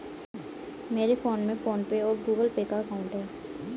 मेरे फोन में PhonePe और गूगल पे का अकाउंट है